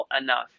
enough